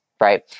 right